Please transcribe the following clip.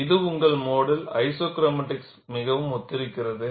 இது உங்கள் மோடில் ஐசோக்ரோமாடிக்ஸ் மிகவும் ஒத்திருக்கிறது